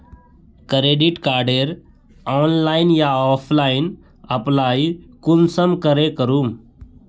Credit कार्डेर online या offline apply कुंसम करे करूम?